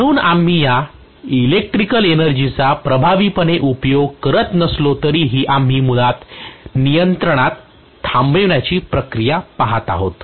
म्हणून आम्ही या इलेक्ट्रिकल एनर्जीचा प्रभावीपणे उपयोग करत नसलो तरी आम्ही मुळात नियंत्रणात थांबण्याची प्रक्रिया पाहत आहोत